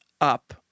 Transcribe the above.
up